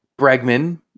Bregman